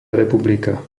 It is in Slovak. republika